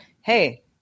hey